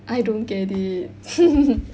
I don't get it